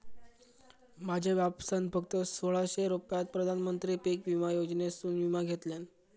माझ्या बापसान फक्त सोळाशे रुपयात प्रधानमंत्री पीक विमा योजनेसून विमा घेतल्यान